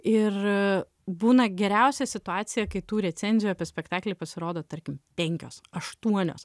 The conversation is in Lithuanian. ir būna geriausia situacija kai tų recenzijų apie spektaklį pasirodo tarkim penkios aštuonios